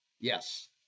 Yes